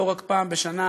ולא רק פעם בשנה,